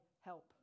help